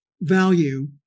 value